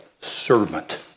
Servant